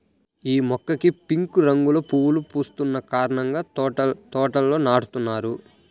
యీ మొక్కకి పింక్ రంగులో పువ్వులు పూస్తున్న కారణంగా తోటల్లో నాటుతున్నారు